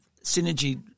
synergy